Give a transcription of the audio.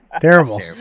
terrible